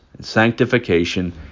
sanctification